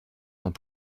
dans